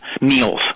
meals